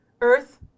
Earth